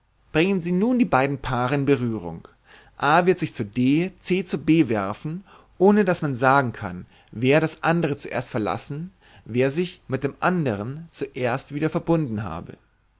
bringen sie nun die beiden paare in berührung a wird sich zu d c zu b werfen ohne daß man sagen kann wer das andere zuerst verlassen wer sich mit dem andern zuerst wieder verbunden habe